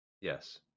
Yes